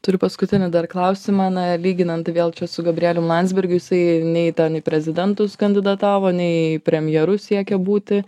turiu paskutinį dar klausimą na lyginant vėl čia su gabrielium landsbergiu jisai nei ten į prezidentus kandidatavo nei premjeru siekė būti